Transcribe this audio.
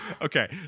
Okay